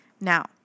Now